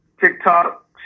TikTok